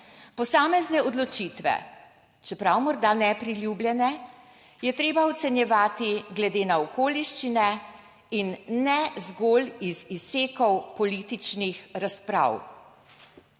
Posamezne odločitve, čeprav morda nepriljubljene, je treba ocenjevati glede na okoliščine in ne zgolj iz izsekov političnih razprav.